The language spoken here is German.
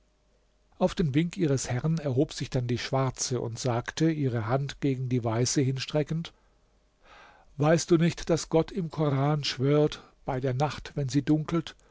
auf den wink ihres herrn erhob sich dann die schwarze und sagte ihre hand gegen die weiße hinstreckend weißt du nicht daß gott im koran schwört bei der nacht wenn sie dunkelt